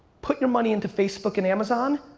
put your money into facebook and amazon,